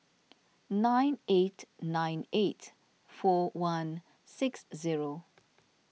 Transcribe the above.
nine eight nine eight four one six zero